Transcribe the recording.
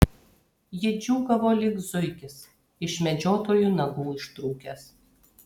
ji džiūgavo lyg zuikis iš medžiotojų nagų ištrūkęs